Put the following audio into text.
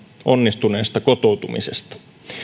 onnistuneesta kotoutumisesta